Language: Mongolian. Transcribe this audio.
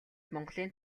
монголын